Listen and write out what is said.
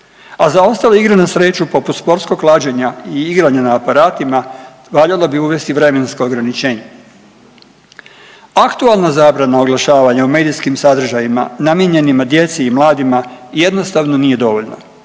a za ostale igre na sreću poput sportskog klađenja i igranja na aparatima valjalo bi uvesti vremensko ograničenje. Aktualna zabrana oglašavanja u medijskim sadržajima namijenjena djeci mladima jednostavno nije dovoljna